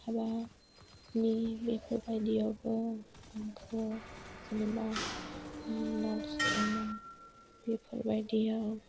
हाबानि बेफोर बायदियावबो आंखौ जेनेबा नारजि अमा बेफोरबायदियाव